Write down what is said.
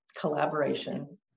collaboration